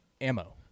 ammo